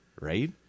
right